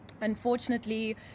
unfortunately